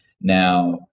Now